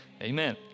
Amen